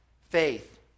faith